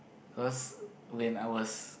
cause when I was